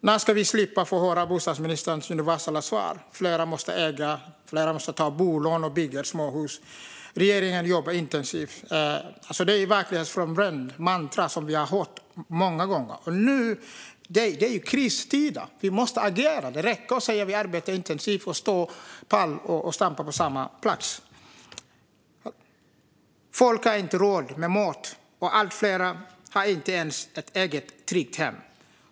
När ska vi slippa få höra bostadsministerns universalsvar, nämligen att fler måste äga, ta bolån och bygga ett småhus och att regeringen jobbar intensivt? Det här är verklighetsfrånvända mantran som vi har hört många gånger. Nu är det kristider, och vi måste agera. Det räcker inte att säga att man jobbar intensivt och sedan stå och stampa på samma fläck. Folk har inte råd med mat, och allt fler har inte ens ett eget tryggt hem.